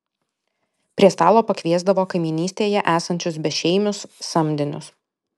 prie stalo pakviesdavo kaimynystėje esančius bešeimius samdinius